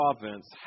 province